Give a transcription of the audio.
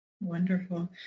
Wonderful